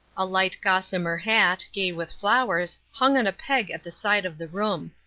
a light gossamer hat, gay with flowers, hung on a peg at the side of the room.